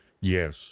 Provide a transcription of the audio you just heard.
Yes